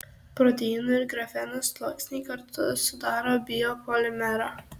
proteinų ir grafeno sluoksniai kartu sudaro biopolimerą